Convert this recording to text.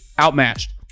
outmatched